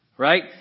Right